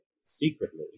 secretly